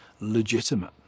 legitimate